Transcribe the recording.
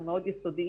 אנחנו מאוד יסודיים,